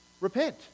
Repent